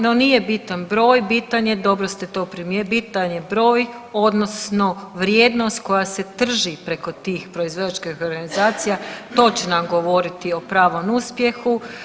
No nije bitan broj, bitan je, dobro ste to, bitan je broj odnosno vrijednost koja se trži preko tih proizvođačkih organizacija, to će nam govoriti o pravom uspjehu.